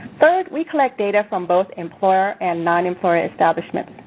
third, we collect data from both employer and non-employer establishments.